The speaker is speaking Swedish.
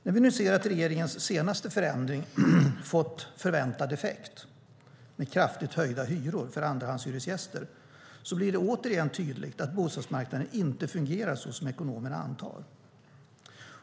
När vi nu ser att regeringens senaste förändring har fått förväntad effekt med kraftigt höjda hyror för andrahandshyresgäster blir det återigen tydligt att bostadsmarknaden inte fungerar så som ekonomerna antar.